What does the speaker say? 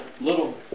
little